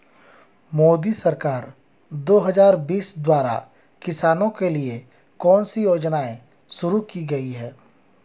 मोदी सरकार दो हज़ार बीस द्वारा किसानों के लिए कौन सी योजनाएं शुरू की गई हैं?